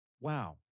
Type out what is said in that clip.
wow